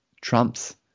Trump's